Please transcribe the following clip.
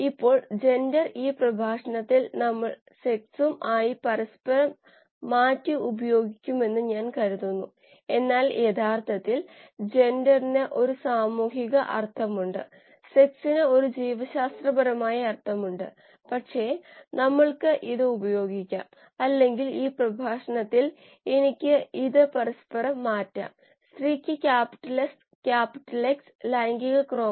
ഇപ്പോൾ ഇവ ഉപയോഗിച്ച് വളർച്ചാ സമയത്ത് ബയോ റിയാക്ടറിലെ കോശങ്ങളിൽ നിന്ന് ഉണ്ടാകുന്ന താപത്തെ എങ്ങനെ കണക്കാക്കാമെന്ന് ഞാൻ കാണിച്ചുതരാം